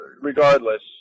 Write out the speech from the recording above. regardless